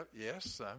yes